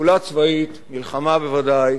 פעולה צבאית, מלחמה בוודאי,